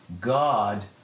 God